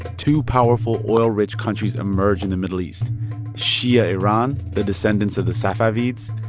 two powerful, oil-rich countries emerge in the middle east shia iran, the descendants of the safavids,